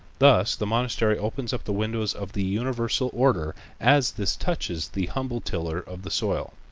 thus the monastery opens up the windows of the universal order as this touches the humble tiller of the soil.